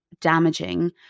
damaging